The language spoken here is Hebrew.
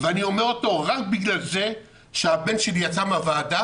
ואני אומר אותו רק בגלל זה שהבן שלי יצא מהוועדה